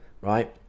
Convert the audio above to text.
right